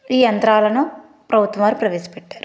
ఈ యంత్రాలను ప్రభుత్వం వారు ప్రవేశపెట్టారు